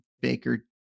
Baker